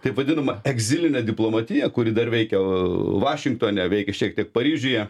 taip vadinamą egzilinę diplomatiją kuri dar veikia vašingtone veikė šiek tiek paryžiuje